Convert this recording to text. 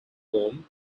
form